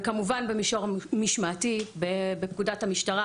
וכמובן במישור המשמעתי בפקודת המשטרה